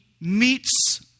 meets